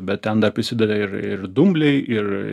bet ten dar prisideda ir ir dumbliai ir